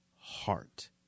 heart